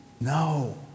No